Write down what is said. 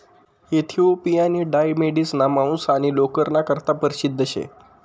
इथिओपियानी डाय मेढिसना मांस आणि लोकरना करता परशिद्ध शे